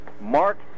Mark